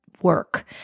work